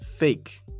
fake